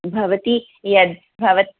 भवती यद् भवति